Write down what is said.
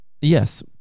Yes